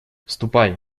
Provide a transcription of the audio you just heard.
ступай